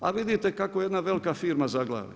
A vidite kako jedna velika firma zaglavi.